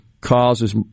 causes